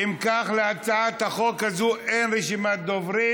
אם כך, להצעת החוק הזאת אין רשימת דוברים.